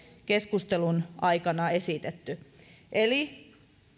keskustelun aikana esitetty eli